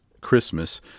Christmas